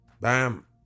Bam